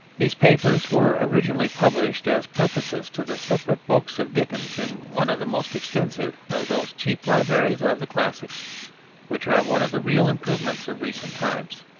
these papers were originally published as prefaces to the separate books of dickens in one of the most extensive of those cheap libraries of the classics which are one of the real improvements of recent times.